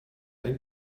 ein